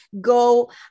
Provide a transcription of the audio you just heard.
go